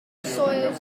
fertile